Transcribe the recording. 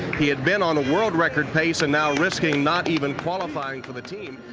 he had been on a world record pace and now risking not even qualifying for the team.